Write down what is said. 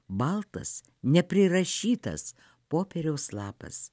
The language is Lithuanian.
baltas neprirašytas popieriaus lapas